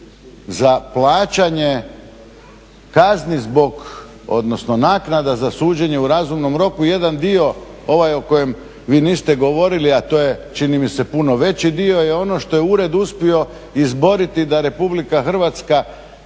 za plaćanje kazni zbog, odnosno naknada za suđenje u razumnom roku. Jedan dio ovaj o kojem vi niste govorili, a to je čini mi se puno veći dio je ono što je ured uspio izboriti da Republika Hrvatska